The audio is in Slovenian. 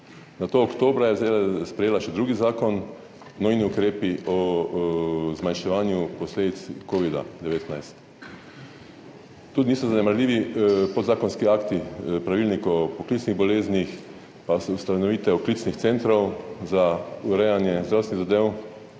nato je oktobra sprejela še drugi zakon, nujni ukrepi o zmanjševanju posledic covida-19. Tudi niso zanemarljivi podzakonski akti, pravilnik o poklicnih boleznih pa ustanovitev klicnih centrov za urejanje zdravstvenih zadev,